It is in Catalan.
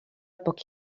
poc